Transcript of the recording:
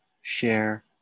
share